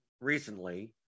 recently